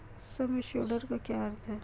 सम assured का क्या अर्थ है?